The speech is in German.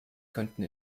könnten